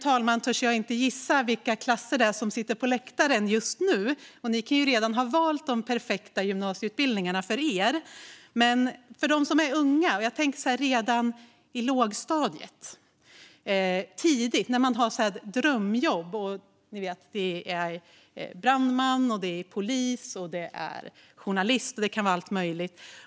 Jag törs inte gissa vilka klasser som sitter på läktaren nu; de kan ju redan ha valt de perfekta gymnasieutbildningarna för dem. Men det handlar också om dem som är riktigt unga, går i lågstadiet och har drömjobb som brandman, polis och journalist. Det kan vara allt möjligt.